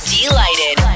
delighted